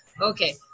okay